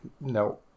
No